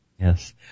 Yes